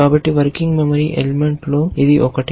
కాబట్టి working memory ఎలిమెంట్లో ఇది ఒకటి